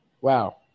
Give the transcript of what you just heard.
Wow